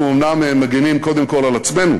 אנחנו אומנם מגינים קודם כול על עצמנו,